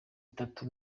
itatu